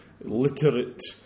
literate